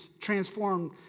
transformed